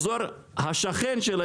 אתן לכם דוגמה.